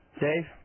Dave